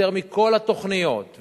יותר מכל התוכניות,